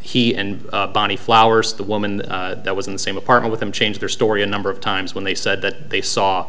he and bonnie flowers the woman that was in the same apartment with them changed their story a number of times when they said that they saw